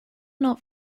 not